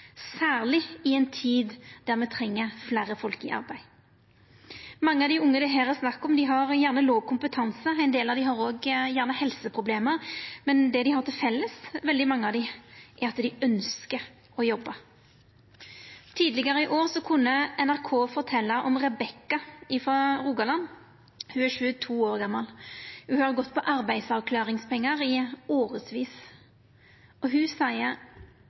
særleg i ei tid då me treng fleire folk i arbeid. Mange av dei unge det her er snakk om, har gjerne låg kompetanse. Ein del av dei har òg helseproblem. Men det veldig mange av dei har felles, er at dei ynskjer å jobba. Tidlegare i år kunne NRK fortelja om Rebekka frå Rogaland. Ho er 22 år gamal. Ho har gått på arbeidsavklaringspengar i årevis, og ho seier: